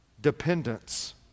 Dependence